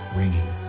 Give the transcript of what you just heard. ringing